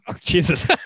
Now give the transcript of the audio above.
jesus